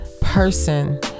person